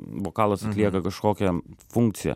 vokalas atlieka kažkokią funkciją